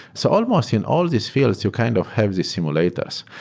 so almost in all these fields you kind of have these simulators.